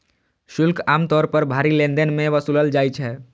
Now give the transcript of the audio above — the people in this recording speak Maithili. शुल्क आम तौर पर भारी लेनदेन मे वसूलल जाइ छै